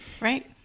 right